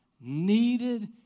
needed